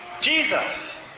Jesus